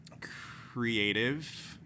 Creative